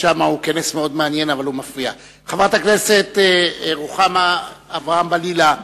חברת הכנסת רוחמה אברהם-בלילא,